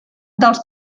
dels